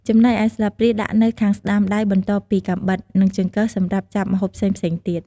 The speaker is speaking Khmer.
ចំណែកឯស្លាបព្រាដាក់នៅខាងស្តាំដៃបន្ទាប់ពីកាំបិត និងចង្កឹះសម្រាប់ចាប់ម្ហូបផ្សេងៗទៀត។